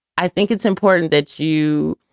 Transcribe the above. i think it's important that you